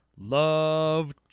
Love